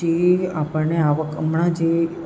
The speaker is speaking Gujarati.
જે આપણને આવક હમણાં જે